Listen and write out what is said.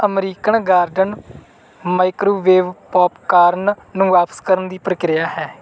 American garden microwave popcorn ਨੂੰ ਵਾਪਸ ਕਰਨ ਦੀ ਪ੍ਰਕਿਰਿਆ ਹੈ